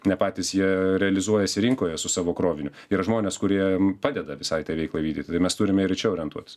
ne patys jie realizuojasi rinkoje su savo kroviniu yra žmonės kurie padeda visai tai veiklai vykdyti tai mes turime ir į čia orientuotis